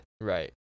Right